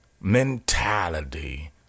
mentality